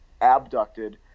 abducted